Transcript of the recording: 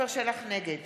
נגד